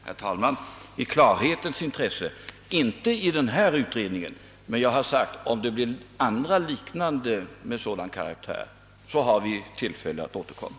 Herr talman! I klarhetens intresse: I denna utredning kan det inte bli någon ändring, men om det blir andra utredningar med liknande karaktär har vi tillfälle att återkomma.